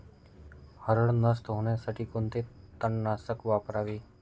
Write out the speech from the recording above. हरळ नष्ट होण्यासाठी कोणते तणनाशक वापरावे?